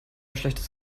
schlechtes